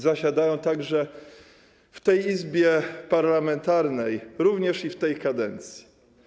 Zasiadają oni także w tej Izbie parlamentarnej, również i w tej kadencji.